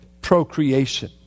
Procreation